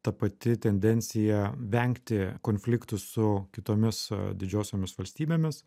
ta pati tendencija vengti konfliktų su kitomis didžiosiomis valstybėmis